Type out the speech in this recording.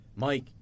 Mike